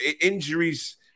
injuries